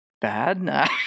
bad